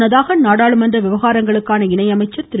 முன்னதாக நாடாளுமன்ற விவகாரங்களுக்கான இணை அமைச்சர் திரு